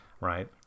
right